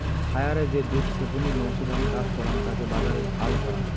খায়ারে যে দুধ ছেপনি মৌছুদাম চাষ করাং তাকে বাজারে ফাল করাং